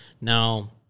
Now